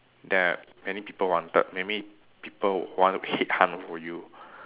that many people wanted maybe people want to headhunt for you